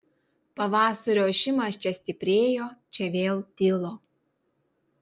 pavasario ošimas čia stiprėjo čia vėl tilo